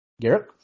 Garrett